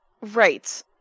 Right